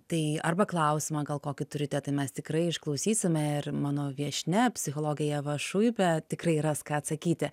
tai arba klausimą gal kokį turite tai mes tikrai išklausysime ir mano viešnia psichologė ieva šuipė tikrai ras ką atsakyti